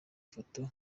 foto